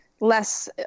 less